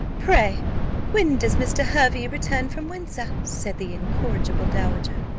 pray when does mr. hervey return from windsor? said the incorrigible dowager.